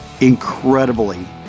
incredibly